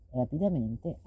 rapidamente